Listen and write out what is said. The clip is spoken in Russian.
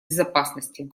безопасности